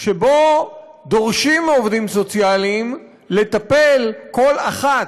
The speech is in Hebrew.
שבו דורשים מעובדים סוציאליים לטפל, כל אחת,